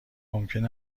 ممکن